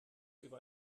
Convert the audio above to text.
über